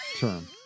term